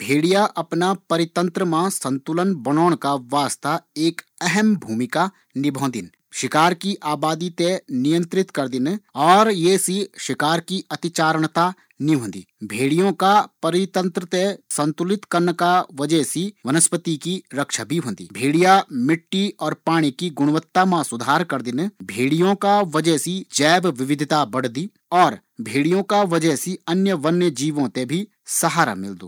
भेड़िया अपना परितंत्र मा संतुलन बणोंण का वास्ता एक अहम भूमिका निभोदु शिकार की आबादी ते नियंत्रित करि क ये सी अतिचार्णता ते रोकदिन भेडियो का परितंत्र ते सुरक्षित कन्न का वजे सी वनस्पति ते विकसित होण कु मौका मिलदू